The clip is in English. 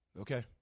Okay